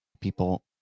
people